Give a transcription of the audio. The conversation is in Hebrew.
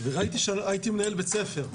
הייתי מנהל בית ספר,